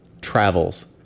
Travels